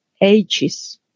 ages